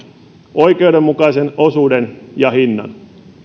oikeudenmukaisen osuuden ja hinnan